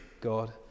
God